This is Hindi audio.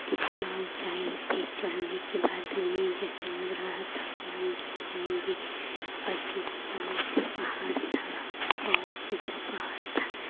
कितना ऊंचाई पे चढ़ने के बाद हमें जैसे लग रहा था कि हम गिर जाएंगे अजीब सा ऊंचा पहाड़ था बहुत ऊंचा पहाड़ था